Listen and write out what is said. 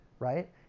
right